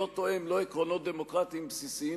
לא תואם לא עקרונות דמוקרטיים בסיסיים